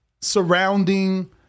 surrounding